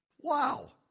Wow